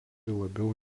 labiau